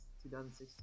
2016